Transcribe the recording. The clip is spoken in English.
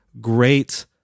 great